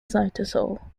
cytosol